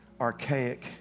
archaic